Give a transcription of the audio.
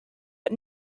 but